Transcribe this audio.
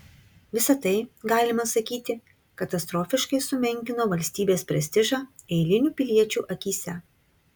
visa tai galima sakyti katastrofiškai sumenkino valstybės prestižą eilinių piliečių akyse